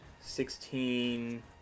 sixteen